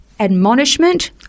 admonishment